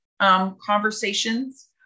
Conversations